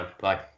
Bye